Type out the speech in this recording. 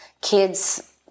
Kids